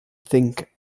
think